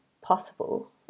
possible